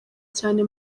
cyane